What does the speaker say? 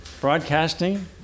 broadcasting